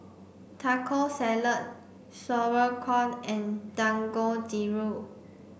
Taco Salad Sauerkraut and Dangojiru